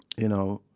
you know,